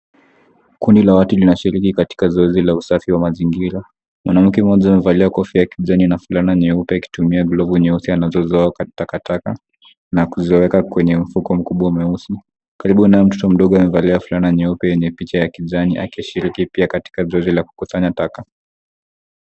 Kundi la watu linashiriki katika zoezi la usafi wa mazingira. Mwanamke mmoja amevalia kofia ya kijani na fulani nyeupe akitumia glovu nyeusi anazozoa takataka na kuzieka kwenye mfuko mkubwa mweusi, karibu naye mtoto mdogo amevalia fulana nyeupe yenye picha ya kijani akishiriki pia katika zoezi la kukusanya taka.